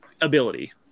ability